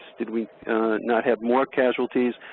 did we not have more casualties.